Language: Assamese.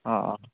অঁ অঁ